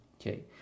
Okay